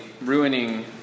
ruining